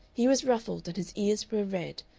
he was ruffled, and his ears were red,